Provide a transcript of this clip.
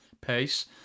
pace